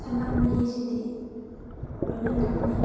ꯁꯅꯥꯃꯍꯤꯁꯤꯗꯤ ꯂꯣꯏꯅ ꯂꯥꯠꯅꯩ